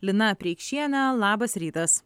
lina preikšiene labas rytas